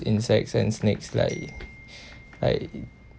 insects and snakes like I